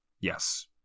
yes